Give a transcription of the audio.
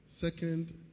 Second